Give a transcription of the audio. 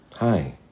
Hi